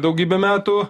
daugybę metų